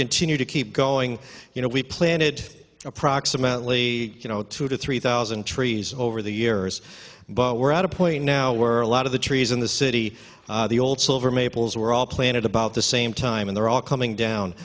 continue to keep going you know we planted approximately you know two to three thousand trees over the years but we're at a point now where a lot of the trees in the city the old silver maples were all planted about the same time and they're all coming down